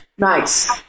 Nice